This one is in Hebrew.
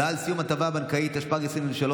(הודעה על סיום הטבה בנקאית), התשפ"ג 2023,